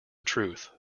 truth